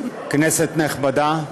כנסת נכבדה,